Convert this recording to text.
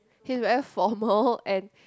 he's very formal and